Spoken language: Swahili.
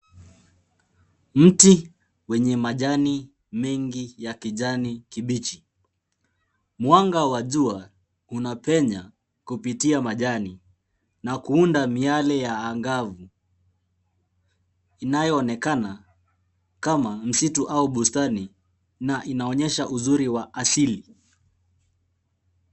Mti wenye majani mengi ya kijani kibichi. Mwanga wa jua unapenya kupitia majani na kuunda miale ya angavu inayoonekana kama msitu au bustani na inaonyesha uzuri wa asili.